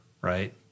right